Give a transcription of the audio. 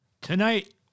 Tonight